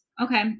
Okay